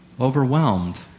Overwhelmed